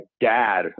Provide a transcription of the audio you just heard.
dad